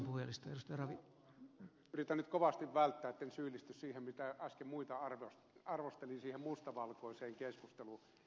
yritän nyt kovasti välttää sitä etten syyllisty siihen mistä äsken muita arvostelin siihen mustavalkoiseen keskusteluun